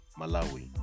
Malawi